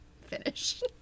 finish